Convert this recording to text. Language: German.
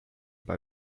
bei